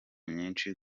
nyinshi